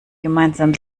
gemeinsam